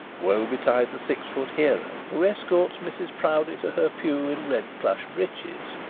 woe betide the six-foot hero who escorts mrs proudie to her pew in red plush breeches,